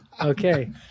Okay